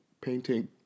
painting